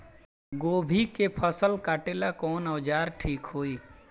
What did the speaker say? गोभी के फसल काटेला कवन औजार ठीक होई?